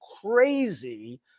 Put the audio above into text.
crazy